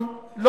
הכנסת.